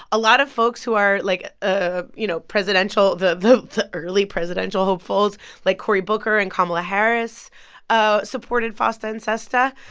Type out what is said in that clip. a lot of folks who are, like, ah you know, presidential, the the early presidential hopefuls like cory booker and kamala harris ah supported fosta and sesta.